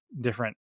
different